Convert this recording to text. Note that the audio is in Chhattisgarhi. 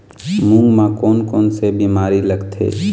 मूंग म कोन कोन से बीमारी लगथे?